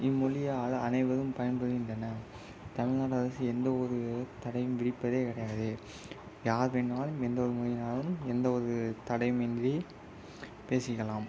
இம்மொழியால் அனைவரும் பயன் பெறுகின்றன தமிழ்நாடு அரசு எந்த ஒரு தடையும் விதிப்பதே கிடையாது யார் வேணாலும் எந்த ஒரு மொழினாலும் எந்த ஒரு தடையும் இன்றி பேசிக்கலாம்